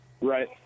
Right